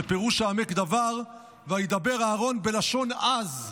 בפירוש "העמק דבר": וידבר אהרן בלשון עז.